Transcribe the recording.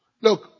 Look